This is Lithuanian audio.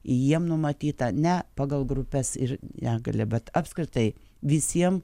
jiem numatyta ne pagal grupes ir negalią bet apskritai visiem